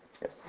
Yes